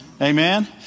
Amen